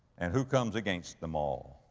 and who comes against them all?